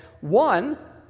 One